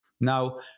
now